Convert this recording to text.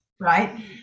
right